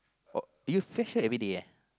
uh you fetch her everyday kan